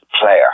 player